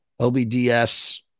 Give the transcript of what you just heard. LBDS